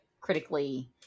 critically